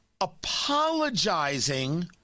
apologizing